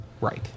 Right